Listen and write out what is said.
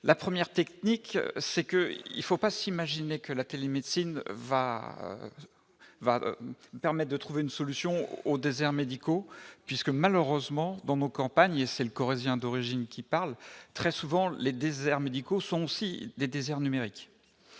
la première technique c'est que il faut pas s'imaginer que la télémédecine, va, va, permet de trouver une solution aux déserts médicaux, puisque malheureusement dans nos campagnes, c'est le Corrézien d'origine qui parle très souvent, les déserts médicaux sont aussi des déserts numériques